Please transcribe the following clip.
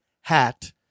hat